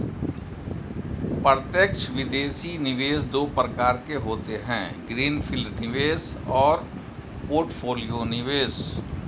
प्रत्यक्ष विदेशी निवेश दो प्रकार के होते है ग्रीन फील्ड निवेश और पोर्टफोलियो निवेश